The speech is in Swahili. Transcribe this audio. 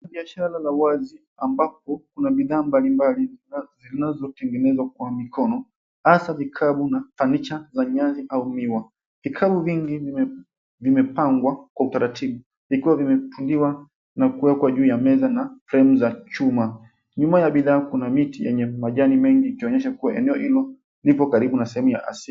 Onyesho la biashara la wazi ambapo kuna bidhaa mbalimbali zinazotengenezwa kwa mikono hasa vikapu na fanicha za nyasi au miwa. Vikapu vingi vimepangwa kwa utaratibu vikiwa vimefungiwa na kuwekwa juu ya meza na fremu za chuma, nyuma ya bidhaa kuna miti yenye majani mengi ikionesha kua eneo hilo lipo karibu na sehemu ya asili